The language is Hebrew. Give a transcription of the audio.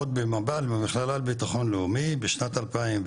עוד במב"ל - מכללה לביטחון לאומי - בשנת 2002,